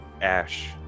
ash